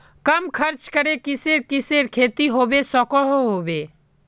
कम खर्च करे किसेर किसेर खेती होबे सकोहो होबे?